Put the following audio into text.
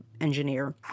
engineer